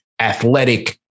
athletic